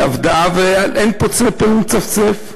היא עבדה באין פוצה פה ומצפצף.